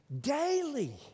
Daily